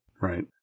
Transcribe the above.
Right